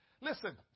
Listen